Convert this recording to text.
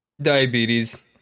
Diabetes